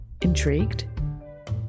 Intrigued